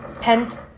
pent